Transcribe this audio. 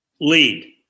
lead